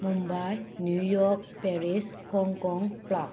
Mumbai New York Paris Hong Kong Prague